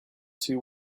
two